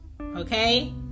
Okay